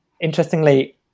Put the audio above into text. interestingly